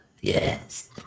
Yes